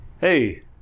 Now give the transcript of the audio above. Hey